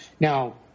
now